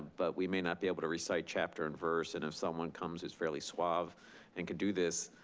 but we may not be able to recite chapter and verse. and if someone comes who's fairly suave and can do this,